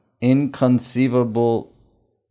inconceivable